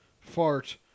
fart